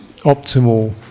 optimal